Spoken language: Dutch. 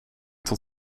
tot